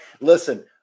Listen